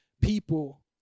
people